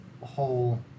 whole